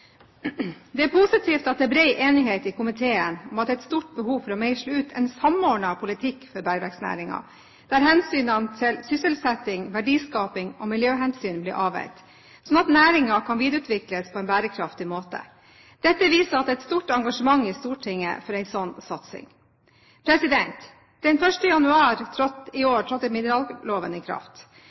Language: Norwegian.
Det er positivt at det er bred enighet i komiteen om at det er et stort behov for å meisle ut en samordnet politikk for bergverksnæringen, der hensynene til sysselsetting, verdiskaping og miljø blir avveid, slik at næringen kan videreutvikles på en bærekraftig måte. Dette viser at det er et stort engasjement i Stortinget for en slik satsing. Den 1. januar i år trådte mineralloven i kraft.